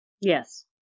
Yes